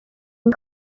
این